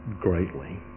greatly